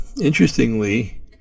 Interestingly